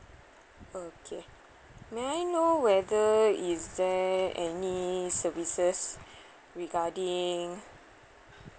okay may I know whether is there any services regarding